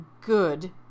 good